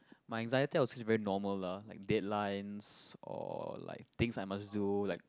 my anxiety i would say very normal lah like deadlines or like things I must to do like